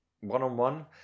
one-on-one